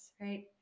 right